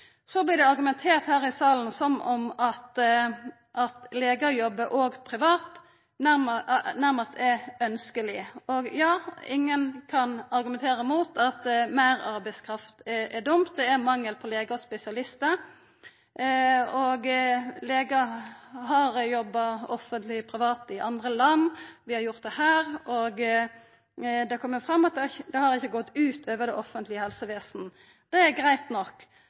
Det vert her i salen argumentert som om det at legar òg jobbar privat, nærmast er ønskjeleg. Ja, ingen kan argumentera mot at meir arbeidskraft er bra. Det er mangel på legar og spesialistar. Legar jobbar offentleg og privat i andre land, vi har gjort det her i landet òg, og det har kome fram at det ikkje har gått ut over det offentlege helsevesenet. Det er greitt nok.